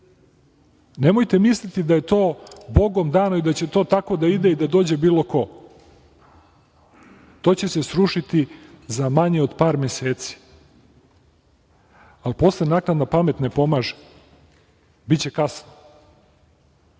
Nemojte misliti da je to bogom dano i da će to tako da ide i da dođe bilo ko. To će se srušiti za manje od par meseci, ali posle naknadna pamet ne pomaže, biće kasno.